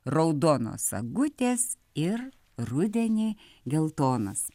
raudonos sagutės ir rudenį geltonas